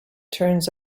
turns